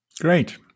great